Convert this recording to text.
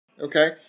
Okay